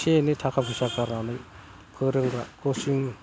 एसे एनै थाखा फैसा गारनानै फोरोंग्रा कचिं